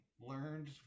learned